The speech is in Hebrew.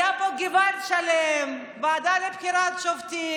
היה פה געוואלד שלם: הוועדה לבחירת שופטים,